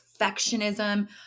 perfectionism